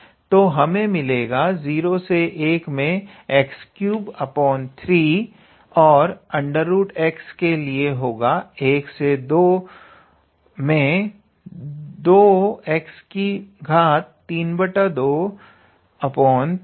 तो हमें मिलेगा 0 से 1 मे x33 और √𝑥 के लिए होगा 1 से 2 मे 2x323